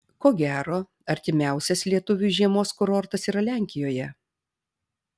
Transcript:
ko gero artimiausias lietuviui žiemos kurortas yra lenkijoje